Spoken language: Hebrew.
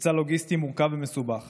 מבצע לוגיסטי מורכב ומסובך